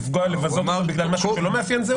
לבזות אותו בגלל משהו שהוא לא מאפיין זהות?